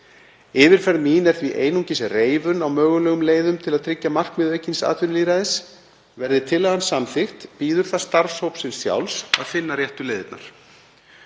Yfirferð mín er því einungis reifun á mögulegum leiðum til að tryggja markmið aukins atvinnulýðræðis. Verði tillagan samþykkt bíður það starfshópsins sjálfs að finna réttu leiðirnar.